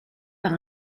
par